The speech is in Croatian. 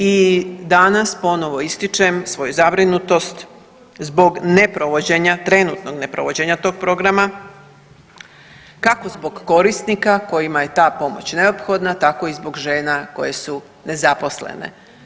I danas ponovo ističem svoju zabrinutost zbog neprovođenja, trenutnog neprovođenja tog programa kako zbog korisnika kojima je ta pomoć neophodna tako i zbog žena koje su nezaposlene.